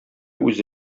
үзе